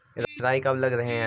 राई कब लग रहे है?